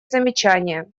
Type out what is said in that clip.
замечания